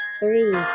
Three